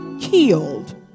killed